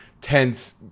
tense